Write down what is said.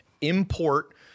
import